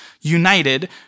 united